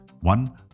One